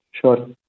Sure